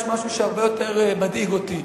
יש משהו שהרבה יותר מדאיג אותי,